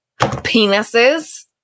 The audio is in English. penises